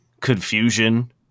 confusion